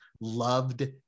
loved